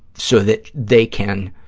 so that they can